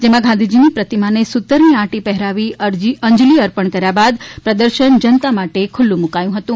જેમાં ગાંધીજીની પ્રતિમાંને સુતરની આંટી પહેરાવી અંજલી અર્પણ કર્યા બાદ પ્રદર્શ જનતા માટે ખુલ્લુ મુકાયું હતું